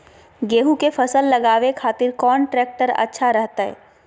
गेहूं के फसल लगावे खातिर कौन ट्रेक्टर अच्छा रहतय?